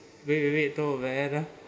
wait wait wait to when ah